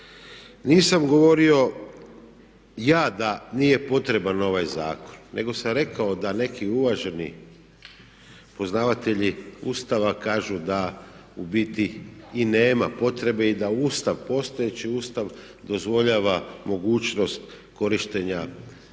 Nisam govorio ja da nije potreban ovaj zakon nego sam rekao da neki uvaženi poznavatelji Ustava kažu da u biti i nema potrebe i da Ustav, postojeći Ustav dozvoljava mogućnost korištenja za